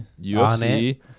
UFC